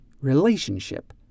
relationship